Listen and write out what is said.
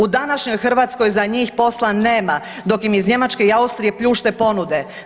U današnjoj Hrvatskoj za njih posla nema, dok im iz Njemačke i Austrije pljušte ponude.